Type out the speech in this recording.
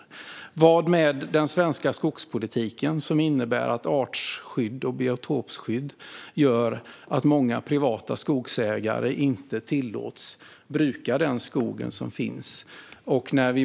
Hur är det med den svenska skogspolitiken, som innebär att artskydd och biotopskydd gör att många privata skogsägare inte tillåts bruka den skog som finns?